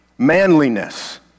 manliness